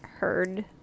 heard